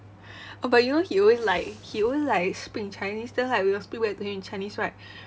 oh but you know he always like he always like speak in chinese then like we will speak back to him in chinese right